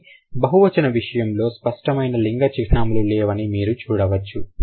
కానీ బహువచనం విషయంలో స్పష్టమైన లింగ చిహ్నములు మీరు చూడలేరు